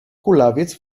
kulawiec